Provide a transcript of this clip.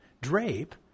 drape